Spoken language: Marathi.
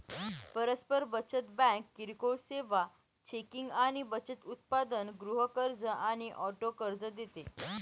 परस्पर बचत बँक किरकोळ सेवा, चेकिंग आणि बचत उत्पादन, गृह कर्ज आणि ऑटो कर्ज देते